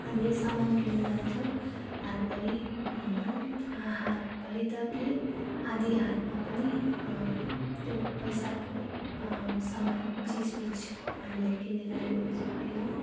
हामी सामान किन्नु जान्छौँ हातभरि हातभरि त के आधी हातमा पनि त्यो पैसाको सामान चिज बिज हामीले किनेर ल्याउनु सक्दैनौँ